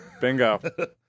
bingo